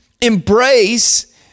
embrace